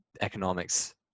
economics